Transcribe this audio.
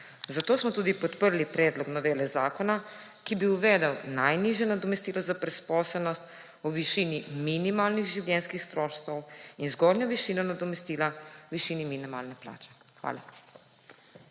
Zato smo tudi podprli predlog novele zakona, ki bi uvedel najnižje nadomestilo za brezposelnost v višini minimalnih življenjskih stroškov in zgornjo višino nadomestila v višini minimalne plače. Hvala.